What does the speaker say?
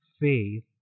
faith